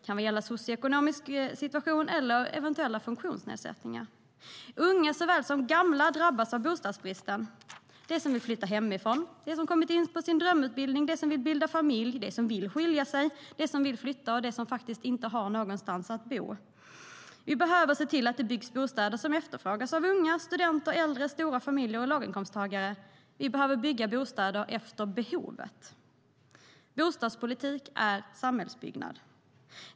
Det kan gälla socioekonomisk situation eller eventuella funktionsnedsättningar. Bostadspolitik är samhällsbyggnad.